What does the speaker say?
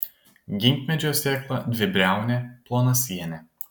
ginkmedžio sėkla dvibriaunė plonasienė